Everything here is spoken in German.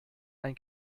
ein